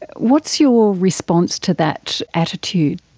what's your response to that attitude?